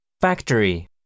Factory